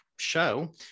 show